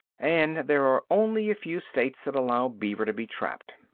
and there are only a few states that allow beaver to be trapped.